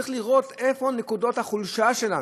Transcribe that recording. צריך לראות איפה נקודות החולשה שלנו,